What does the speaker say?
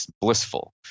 blissful